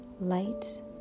light